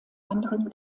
anderem